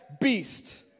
beast